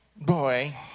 boy